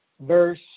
Verse